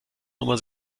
nummer